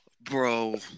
Bro